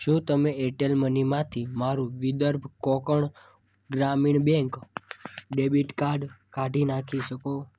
શું તમે એરટેલ મનીમાંથી મારું Vidarbha Konkan Gramin Bank debit card કાઢી નાખી શકો